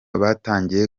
batangiye